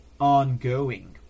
ongoing